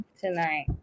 tonight